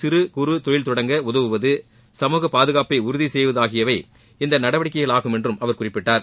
சிறு குறு தொழில் தொடங்க உதவுவது சமூக பாதுகாப்பை உறுதிசெய்வது ஆகியவை இந்த நடவடிக்கைகள் ஆகும் என்றும் அவர் குறிப்பிட்டார்